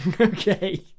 Okay